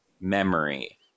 memory